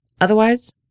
Otherwise